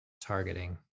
targeting